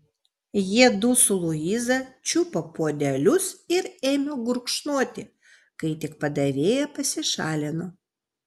jiedu su luiza čiupo puodelius ir ėmė gurkšnoti kai tik padavėja pasišalino